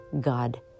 God